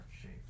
shape